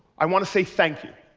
i want to say thank you.